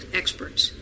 experts